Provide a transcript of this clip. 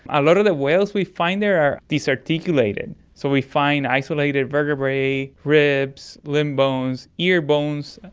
a lot of the whales we find there are disarticulated, so we find isolated vertebrae, ribs, limb bones, ear bones.